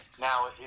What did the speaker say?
Now